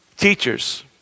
Teachers